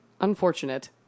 Unfortunate